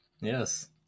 Yes